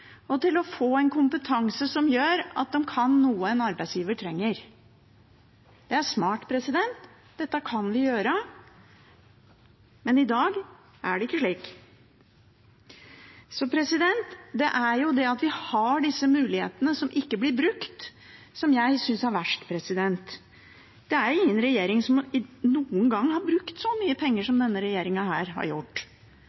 få kompetanse som gjør at de kan noe en arbeidsgiver trenger. Det er smart. Dette kan vi gjøre, men i dag er det ikke slik. Det er det at vi har disse mulighetene som ikke blir brukt, jeg synes er verst. Det er ingen regjering som noen gang har brukt så mye penger som